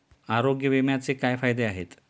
आरोग्य विम्याचे काय फायदे आहेत?